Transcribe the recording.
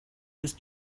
his